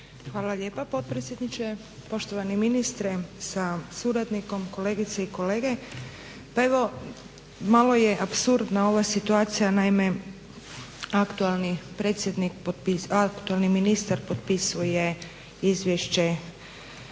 Hvala lijepa potpredsjedniče. Poštovani ministre sa suradnikom, kolegice i kolege. Pa evo malo je apsurdna ova situacija, naime aktualni ministar potpisuje izvješće